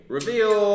Reveal